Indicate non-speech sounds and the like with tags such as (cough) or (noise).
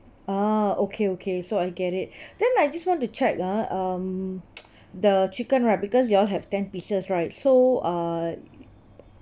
ah okay okay so I get it then I just want to check ah um (noise) the chicken right because you all have ten pieces right so uh